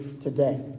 today